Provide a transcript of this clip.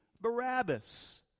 Barabbas